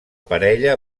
parella